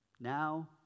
Now